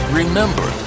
remember